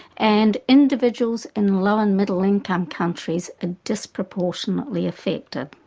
and individuals in low and middle income countries are disproportionately affected.